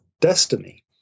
destiny